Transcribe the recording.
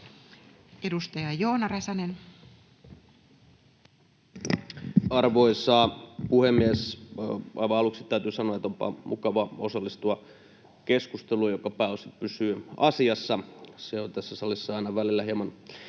14:13 Content: Arvoisa puhemies! Aivan aluksi täytyy sanoa, että onpa mukava osallistua keskusteluun, joka pääosin pysyy asiassa. Se on tässä salissa aina välillä hieman